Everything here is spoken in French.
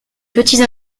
petits